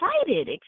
excited